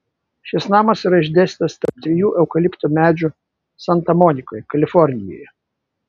šis namas yra išdėstytas tarp trijų eukalipto medžių santa monikoje kalifornijoje